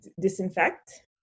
disinfect